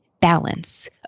balance